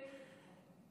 רבותיי